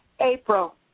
April